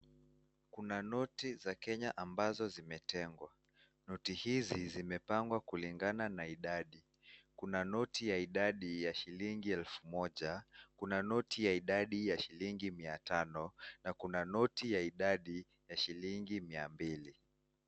Kuna noti za Kenya ambazo zimetengwa. Noti hizi zimepangwa kulingana na idadi. Kuna noti ya idadi ya shilingi elfu moja, kuna noti ya idadi ya shilingi mia tano na kuna noti ya idadi ya shilingi mia mbili.